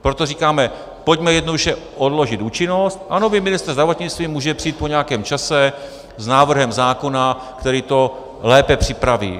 Proto říkáme, pojďme jednoduše odložit účinnost a nový ministr zdravotnictví může přijít po nějakém čase s návrhem zákona, který to lépe připraví.